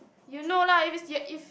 you know lah if it's ya if